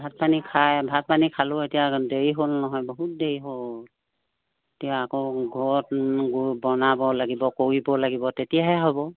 ভাত পানী খাই ভাত পানী খালেও এতিয়া দেৰি হ'ল নহয় বহুত দেৰি হ'ল এতিয়া আকৌ ঘৰত গৈ বনাব লাগিব কৰিব লাগিব তেতিয়াহে হ'ব